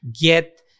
get